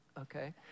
okay